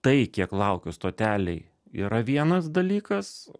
tai kiek laukiu stotelėj yra vienas dalykas